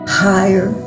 higher